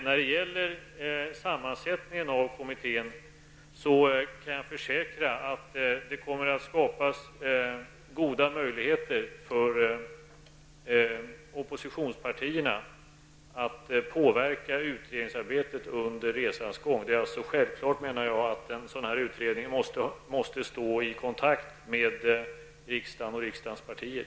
När det gäller sammansättningen av kommittén kan jag försäkra att det kommer att skapas goda möjligheter för oppositionspartierna att påverka utredningsarbetet under resans gång. Det är självklart att en utredning måste stå i kontakt med riksdagen och riksdagens partier.